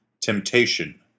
Temptation